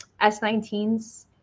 S19s